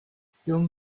film